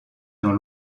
dans